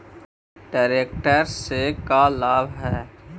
Tractor से का लाभ है?